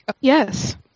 Yes